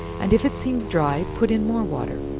and if it seems dry, put in more water.